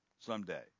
someday